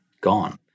gone